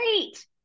Great